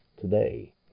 today